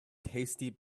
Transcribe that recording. tasty